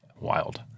Wild